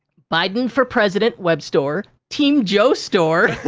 biden for president web store. team joe store.